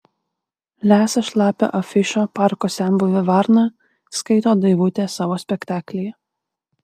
lesa šlapią afišą parko senbuvė varna skaito daivutė savo spektaklyje